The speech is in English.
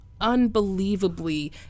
unbelievably